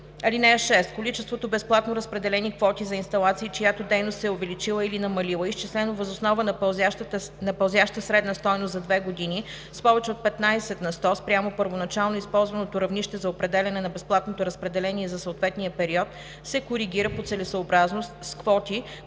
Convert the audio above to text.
6: „(6) Количеството безплатно разпределени квоти за инсталации, чиято дейност се е увеличила или намалила, изчислено въз основа на пълзяща средна стойност за две години, с повече от 15 на сто спрямо първоначално използваното равнище за определяне на безплатното разпределение за съответния период се коригира по целесъобразност с квоти,